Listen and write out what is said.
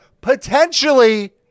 potentially